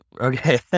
okay